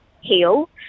heal